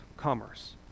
commerce